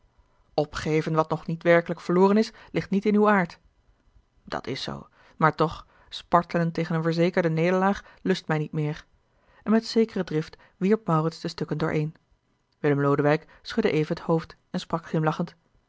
opgeven wat nog niet werkelijk verloren is ligt niet in uw aard dat is zoo maar toch spartelen tegen een verzekerde nederlaag lust mij niet meer en met zekere drift wierp maurits de stukken dooreen willem lodewijk schudde even het hoofd en sprak glimlachend